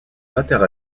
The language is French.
notaire